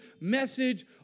message